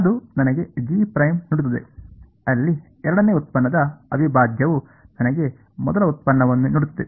ಅದು ನನಗೆ G' ನೀಡುತ್ತದೆ ಅಲ್ಲಿ ಎರಡನೇ ಉತ್ಪನ್ನದ ಅವಿಭಾಜ್ಯವು ನನಗೆ ಮೊದಲ ವ್ಯುತ್ಪನ್ನವನ್ನು ನೀಡುತ್ತದೆ